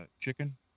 chicken